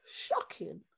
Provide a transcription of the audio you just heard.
shocking